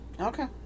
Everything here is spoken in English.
Okay